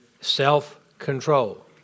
self-control